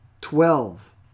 Twelve